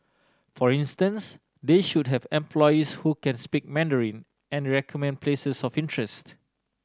for instance they should have employees who can speak Mandarin and recommend places of interest